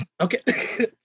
okay